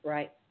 Right